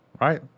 right